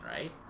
right